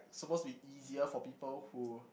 supposed to be easier for people who